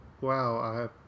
wow